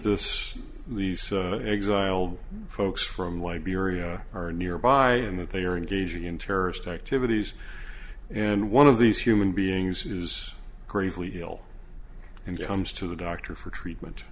this these exiled folks from liberia are nearby and that they are engaging in terrorist activities and one of these human beings who's gravely ill and comes to the doctor for treatment